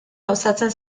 gauzatzen